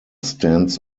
stands